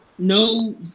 No